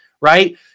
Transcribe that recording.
right